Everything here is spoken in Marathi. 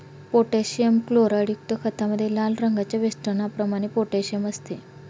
पोटॅशियम क्लोराईडयुक्त खतामध्ये लाल रंगाच्या वेष्टनाप्रमाणे पोटॅशियम असते